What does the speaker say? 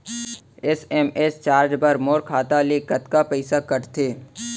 SMS charge बर मोर खाता ले कतका पइसा कटथे?